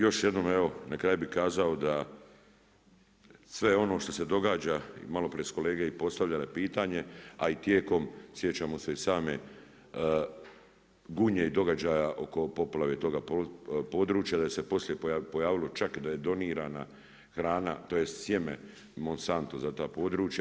Još jednom evo na kraj bih kazao da sve ono što se događa i malo prije su kolege i postavljale pitanje a i tijekom sjećamo se i same Gunje i događaja oko poplave toga područja da se poslije pojavilo, čak i da je donirana hrana, tj. sjeme Monsanto za ta područja.